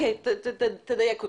תדייק אותי,